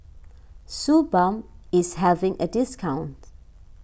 Suu Balm is having a discount